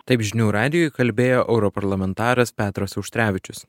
taip žinių radijui kalbėjo europarlamentaras petras auštrevičius